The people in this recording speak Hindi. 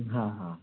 हाँ हाँ